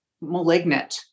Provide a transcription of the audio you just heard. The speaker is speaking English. malignant